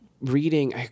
Reading